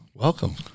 Welcome